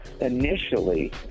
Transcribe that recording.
Initially